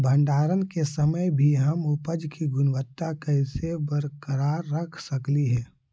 भंडारण के समय भी हम उपज की गुणवत्ता कैसे बरकरार रख सकली हे?